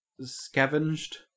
scavenged